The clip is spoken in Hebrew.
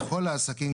לכל העסקים,